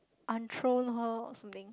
untroll her or something